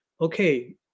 okay